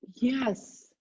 Yes